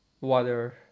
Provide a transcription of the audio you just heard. water